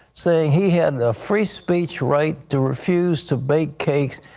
saying he had the free speech right to refuse to bake cakes,